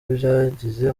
byagize